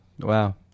wow